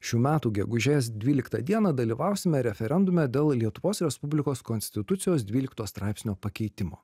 šių metų gegužės dvyliktą dieną dalyvausime referendume dėl lietuvos respublikos konstitucijos dvylikto straipsnio pakeitimo